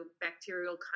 bacterial